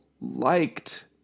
liked